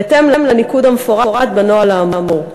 בהתאם לניקוד המפורט בנוהל האמור.